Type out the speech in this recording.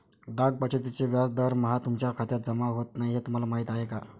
डाक बचतीचे व्याज दरमहा तुमच्या खात्यात जमा होत नाही हे तुम्हाला माहीत आहे का?